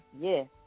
Yes